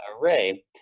array